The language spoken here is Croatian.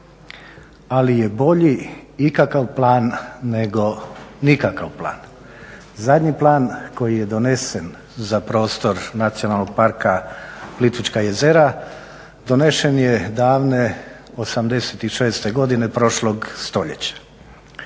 ali je bolji ikakav plan neko nikakav plan. Zadnji plan koji je donesen za prostor Nacionalnog parka Plitvička jezera donesen je davne '86. godine prošlog stoljeća.